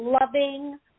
loving